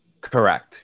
Correct